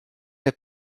der